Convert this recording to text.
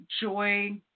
Joy